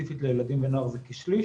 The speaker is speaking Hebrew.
ספציפית לילדים ונוער זה כשליש,